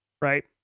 right